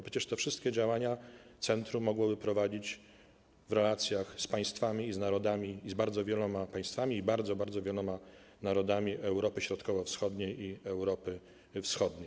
Przecież te wszystkie działania centrum mogłoby prowadzić w relacjach z państwami i z narodami, z bardzo wieloma państwami i bardzo, bardzo wieloma narodami Europy Środkowo-Wschodniej i Europy Wschodniej.